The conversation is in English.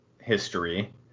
history